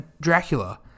Dracula